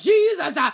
Jesus